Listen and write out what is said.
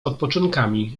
odpoczynkami